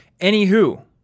Anywho